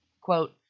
Quote